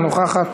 אינה נוכחת,